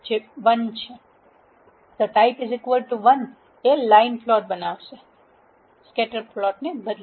તો type1 એ line plot બનાવશે સ્કેટર પ્લોટને બદલે